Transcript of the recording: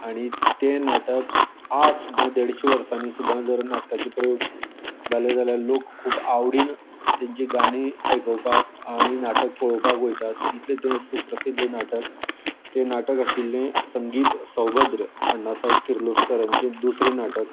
आनी तें नाटक आज सुद्दां देडशे वर्सांनी सुद्दां नाटक ताजे प्रयोग जाले जाल्यार लोक खूब आवडीन तेजी गाणी आयकोपाक आनी नाटक पळोवपाक वयतात इतलें तें सुप्रसिध्द नाटक तें नाटक आशिल्लें संगीत सौभद्र अण्णासाहेब किर्लोस्कर हेंचें दुसरें नाटक